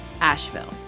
Asheville